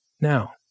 Now